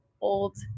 old